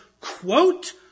quote